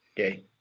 Okay